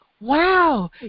Wow